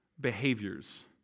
behaviors